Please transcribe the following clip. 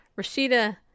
Rashida